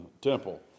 temple